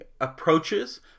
approaches